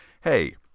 hey